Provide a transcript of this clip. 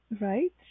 right